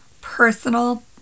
personal